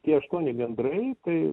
tie aštuoni gandrai tai